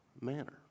manner